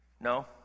No